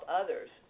others